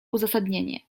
uzasadnienie